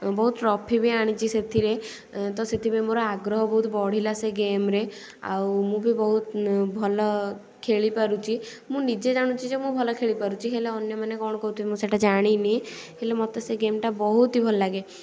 ବହୁତ ଟ୍ରଫି ବି ଆଣିଛି ସେଥିରେ ତ ସେଥିପାଇଁ ମୋର ଆଗ୍ରହ ବହୁତ ବଢ଼ିଲା ସେହି ଗେମ୍ରେ ଆଉ ମୁଁ ବି ବହୁତ ଭଲ ଖେଳି ପାରୁଛି ମୁଁ ନିଜେ ଜାଣୁଛି ଯେ ମୁଁ ଭଲ ଖେଳି ପାରୁଛି ହେଲେ ଅନ୍ୟମାନେ କ'ଣ କହୁଥିବେ ମୁଁ ସେଇଟା ଜାଣିନି ହେଲେ ମୋତେ ସେ ଗେମ୍ଟା ବହୁତ୍ ହି ଭଲ ଲାଗେ